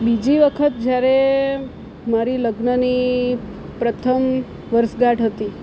બીજી વખત જ્યારે મારી લગ્નની પ્રથમ વર્ષગાંઠ હતી